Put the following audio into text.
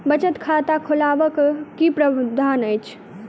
बचत खाता खोलेबाक की प्रावधान अछि?